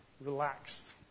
relaxed